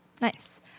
Nice